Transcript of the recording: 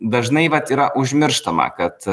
dažnai vat yra užmirštama kad